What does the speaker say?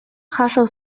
jaso